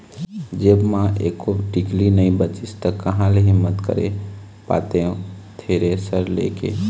जेब म एको टिकली नइ बचिस ता काँहा ले हिम्मत करे पातेंव थेरेसर ले के